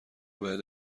بهت